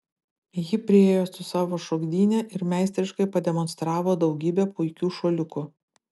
ji priėjo su savo šokdyne ir meistriškai pademonstravo daugybę puikių šuoliukų